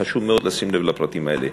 וחשוב מאוד לשים לב לפרטים האלה,